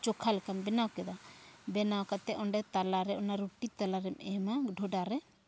ᱪᱚᱠᱷᱟ ᱞᱮᱠᱟᱢ ᱵᱮᱱᱟᱣ ᱠᱮᱫᱟ ᱵᱮᱱᱟᱣ ᱠᱟᱛᱮᱫ ᱚᱸᱰᱮ ᱛᱟᱞᱟᱨᱮ ᱚᱱᱟ ᱨᱩᱴᱤ ᱛᱟᱞᱟᱨᱮᱢ ᱮᱢᱟ ᱰᱷᱚᱰᱟ ᱨᱮ